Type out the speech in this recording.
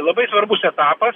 labai svarbus etapas